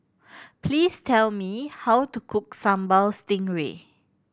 please tell me how to cook Sambal Stingray